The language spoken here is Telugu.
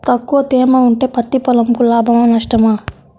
తక్కువ తేమ ఉంటే పత్తి పొలంకు లాభమా? నష్టమా?